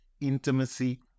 intimacy